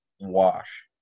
wash